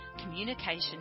communication